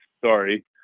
sorry